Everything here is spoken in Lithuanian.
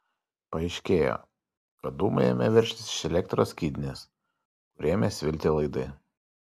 paaiškėjo kad dūmai ėmė veržtis iš elektros skydinės kur ėmė svilti laidai